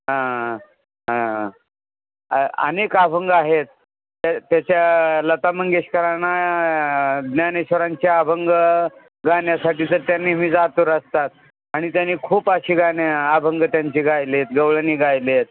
हा हा अनेक अभंग आहेत त्या त्याच्या लता मंगेशकरना ज्ञानेश्वरांच्या अभंग गाण्यासाठी तर त्यांनी नेहमीच आतूर असतात आणि त्यानी खूप अशी गाणी अभंग त्यांचे गायले आहेत गवळणी गायले आहेत